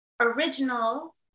original